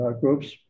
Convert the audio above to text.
groups